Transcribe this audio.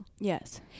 Yes